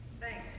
Thanks